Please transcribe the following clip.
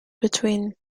between